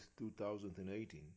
2018